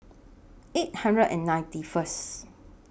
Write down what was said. eight hundred and ninety First